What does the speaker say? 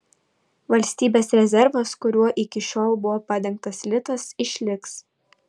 valstybės rezervas kuriuo iki šiol buvo padengtas litas išliks